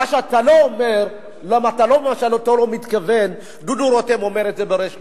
מה שאתה לא אומר, דודו רותם אומר את זה בריש גלי,